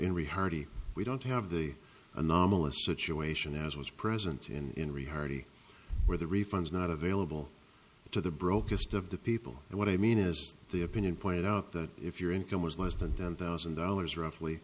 in ri hardy we don't have the anomalous situation as was present in the hardy where the refunds not available to the broke just of the people and what i mean is the opinion pointed out that if your income was less than ten thousand dollars roughly